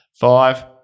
Five